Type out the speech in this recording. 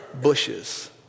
bushes